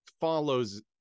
follows